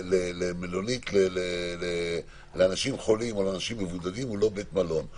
למלונית לאנשים חולים או לאנשים מבודדים הוא לא בית מלון.